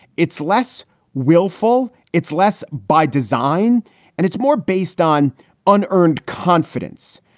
it's less willful, it's less by design and it's more based on unearned confidence.